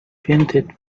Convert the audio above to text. prevented